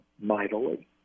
mightily